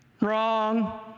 Wrong